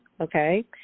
Okay